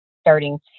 starting